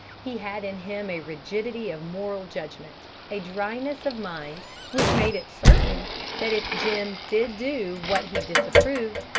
he had in him a rigidity of moral judgment, a dryness of mind which made it certain that if jim did do what he disapproved,